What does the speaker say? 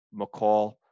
mccall